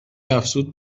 افزود